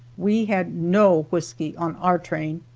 we had no whisky on our train.